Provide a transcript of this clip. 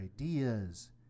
ideas